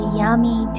yummy